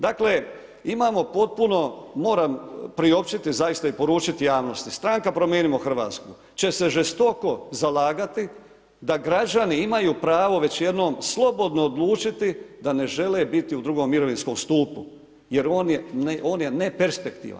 Dakle, imamo potpuno, moramo priopćiti i zaista i poručiti javnosti, stranka Promijenimo Hrvatsku će se žestoko zalagati da građani imaju pravo već jednom slobodno odlučiti da ne žele biti u II. mirovinskom stupu jer je on je neperspektivan.